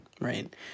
Right